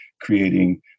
creating